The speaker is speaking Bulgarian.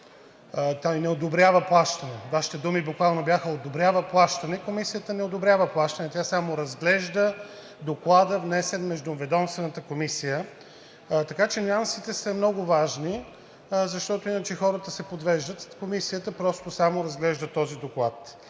тя не одобрява плащане. Вашите думи буквално бяха: одобрява плащане. Комисията не одобрява плащане, тя само разглежда доклада, внесен от междуведомствената комисия. Така че нюансите са много важни, защото иначе хората се подвеждат. Комисията просто само разглежда този доклад.